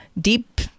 deep